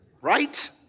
Right